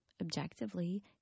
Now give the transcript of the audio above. Objectively